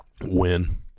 Win